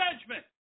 judgment